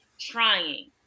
trying